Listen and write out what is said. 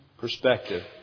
perspective